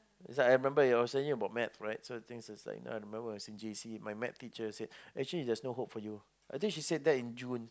is like I remember you were saying about math right so the thing is like I'm remember is in J_C my math teacher said is actually there's no hope for you I think she said that in June